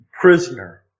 prisoner